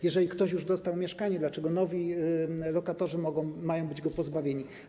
Jeżeli ktoś już dostał mieszkanie, dlaczego nowi lokatorzy mają być go pozbawieni.